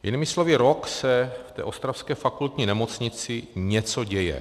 Jinými slovy, rok se v ostravské fakultní nemocnici něco děje.